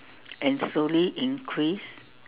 and slowly increase